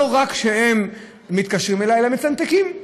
לא רק שהם מתקשרים אלי אלא מצנתקים,